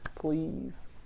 please